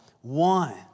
one